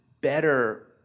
better